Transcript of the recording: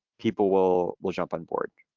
people will will jump on board.